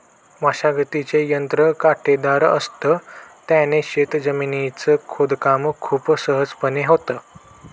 मशागतीचे यंत्र काटेदार असत, त्याने शेत जमिनीच खोदकाम खूप सहजपणे होतं